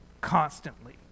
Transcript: constantly